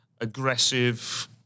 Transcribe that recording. aggressive